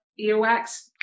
earwax